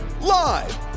Live